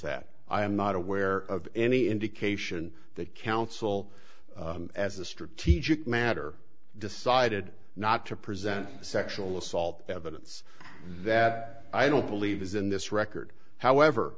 that i am not aware of any indication that counsel as a strategic matter decided not to present sexual assault evidence that i don't believe is in this record however